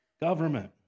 government